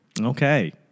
Okay